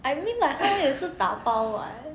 I mean like 他也是打包 [what]